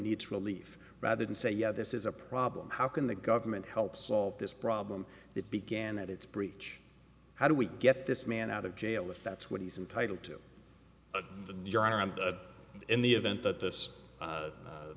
needs relief rather than say yeah this is a problem how can the government help solve this problem that began at its breach how do we get this man out of jail if that's what he's entitled to the neon around in the event that this